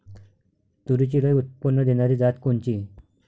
तूरीची लई उत्पन्न देणारी जात कोनची?